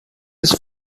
his